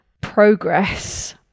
progress